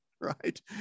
right